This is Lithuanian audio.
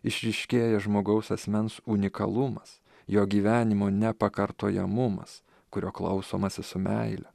išryškėja žmogaus asmens unikalumas jo gyvenimo nepakartojamumas kurio klausomasi su meile